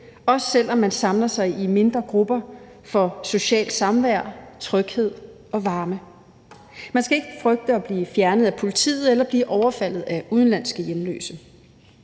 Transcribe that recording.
også selv om man samler sig i mindre grupper for at få socialt samvær, tryghed og varme. Man skal ikke frygte at blive fjernet af politiet eller at blive overfaldet af udenlandske hjemløse.